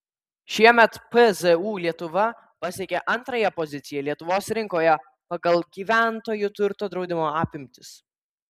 šiemet pzu lietuva pasiekė antrąją poziciją lietuvos rinkoje pagal gyventojų turto draudimo apimtis